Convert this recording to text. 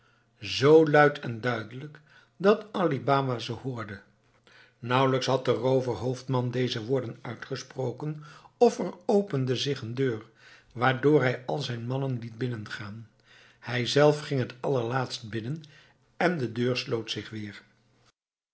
zoo luid en duidelijk dat ali baba ze hoorde nauwelijks had de rooverhoofdman deze woorden uitgesproken of er opende zich een deur waardoor hij al zijn mannen liet binnengaan hijzelf ging t allerlaatst binnen en de deur sloot zich weer